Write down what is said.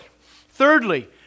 Thirdly